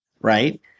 right